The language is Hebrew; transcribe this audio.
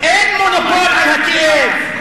אין מונופול על הכאב,